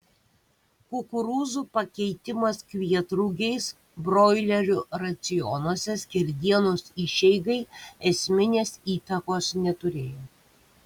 kukurūzų pakeitimas kvietrugiais broilerių racionuose skerdienos išeigai esminės įtakos neturėjo